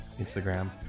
Instagram